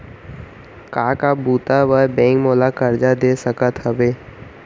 का का बुता बर बैंक मोला करजा दे सकत हवे?